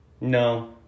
No